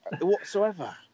whatsoever